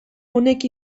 honek